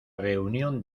reunión